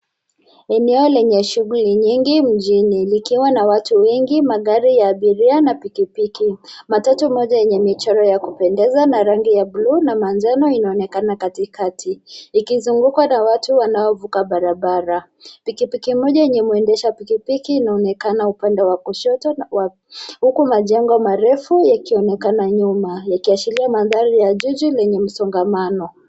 Eneo lenye shughuli nyingine mjini likiwa na watu wengi, magari ya abiria na pikipiki. Matatu moja yenye michoro ya kupendeza na rangi ya bluu na manjano inaonekana katika. Ikizungukwa na watu wanaovuka barabara. Pikipiki moja yenye mwendesha pikipiki inaonekana upande wa kushoto. Huku majengo marefu ikionekana nyuma yakiashiria mandhari ya jiji lenye msongamano.